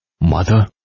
Mother